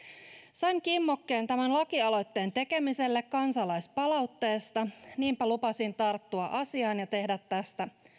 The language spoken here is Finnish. sain kimmokkeen tämän lakialoitteen tekemiselle kansalaispalautteesta niinpä lupasin tarttua asiaan ja tehdä tästä